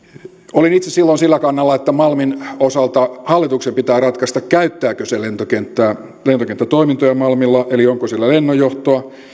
olin itse silloin sillä kannalla että malmin osalta hallituksen pitää ratkaista käyttääkö se lentokenttätoimintoja malmilla eli onko siellä lennonjohtoa